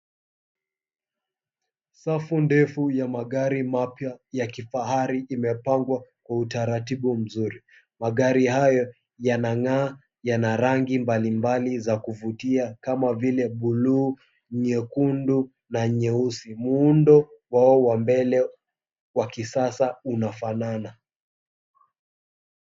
Safu ndefu ya magari mapya ya kifahari imepangwa kwa utaratibu mzuri. Magari haya yanang'aa yana rangi mbalimbali za kuvutia kama vile buluu, nyekundu na nyeusi. Muundo wao wa mbele wa kisasa unafanana.